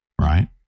right